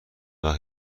وقت